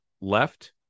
left